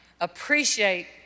appreciate